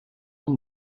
amb